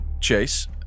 Chase